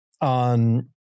on